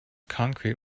concrete